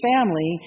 family